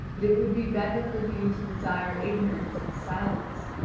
but it would be better for you to desire ignorance and silence.